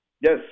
Yes